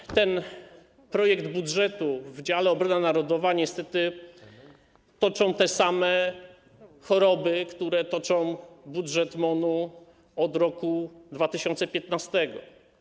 I ten projekt budżetu w dziale: Obrona narodowa niestety toczą te same choroby, które toczą budżet MON-u od roku 2015.